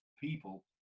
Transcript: people